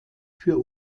für